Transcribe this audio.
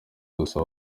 dusaba